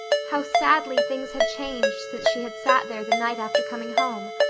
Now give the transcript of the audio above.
how sadly things had changed since she had sat there the night after coming home!